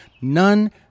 None